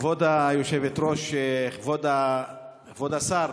כבוד היושבת-ראש, כבוד השר,